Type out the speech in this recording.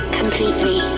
completely